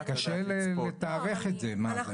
זה קשה לתארך את זה, מה זה?